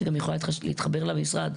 שגם יכולה להתחבר למשרד,